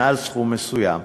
מעל סכום מסוים,